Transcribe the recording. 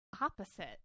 opposite